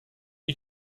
you